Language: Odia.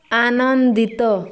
ଆନନ୍ଦିତ